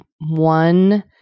One